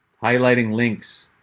highlighting links.